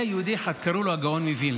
היה יהודי אחד, קראו לו הגאון מווילנה.